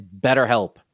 BetterHelp